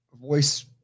voice